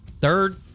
Third